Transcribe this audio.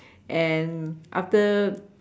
and after